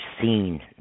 seen